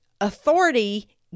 Authority